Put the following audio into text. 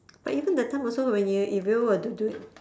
but even that time also when you if you were to do it